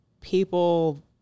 people